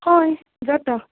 हय जाता